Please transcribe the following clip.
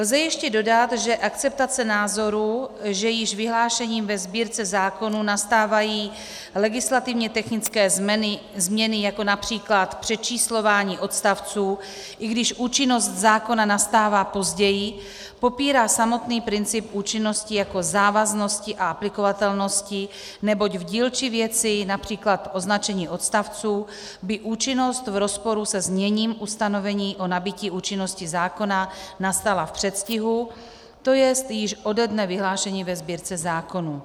Lze ještě dodat, že akceptace názoru, že již vyhlášením ve Sbírce zákonů nastávají legislativně technické změny, jako například přečíslování odstavců, i když účinnost zákona nastává později, popírá samotný princip účinnosti jako závaznosti a aplikovatelnosti, neboť v dílčí věci, například označení odstavců, by účinnost v rozporu se zněním ustanovení o nabytí účinnosti zákona nastala v předstihu, to jest již ode dne vyhlášení ve Sbírce zákonů.